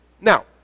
Now